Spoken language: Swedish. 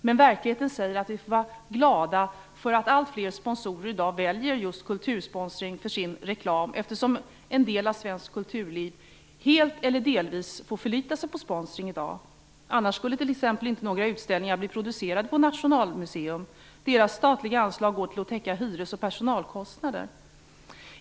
Men verkligheten säger oss att vi får vara glada för att allt fler sponsorer i dag väljer just kultursponsring för sin reklam, eftersom en del av svenskt kulturliv i dag helt eller delvis får förlita sig på sponsring. Annars skulle t.ex. inte några utställningar bli producerade på Nationalmuseum. Museets statliga anslag går åt till att täcka hyres och personalkostnader.